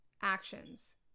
actions